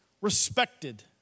respected